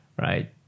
right